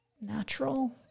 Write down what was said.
Natural